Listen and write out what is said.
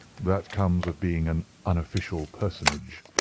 that comes of being an unofficial personage.